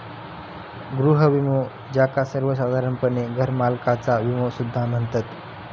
गृह विमो, ज्याका सर्वोसाधारणपणे घरमालकाचा विमो सुद्धा म्हणतत